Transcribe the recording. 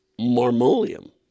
marmolium